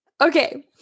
Okay